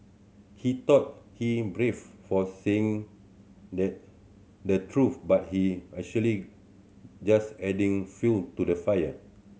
he thought he brave for saying that the truth but he actually just adding fuel to the fire